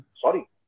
Sorry